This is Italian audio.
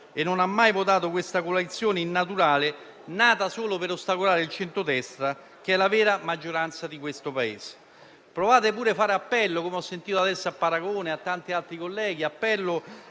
che non ha mai votato questa coalizione innaturale, nata solo per ostacolare il centrodestra, che è la vera maggioranza di questo Paese. Provate pure a fare appello, come ho sentito fare oggi dal collega Paragone e da tanti altri colleghi,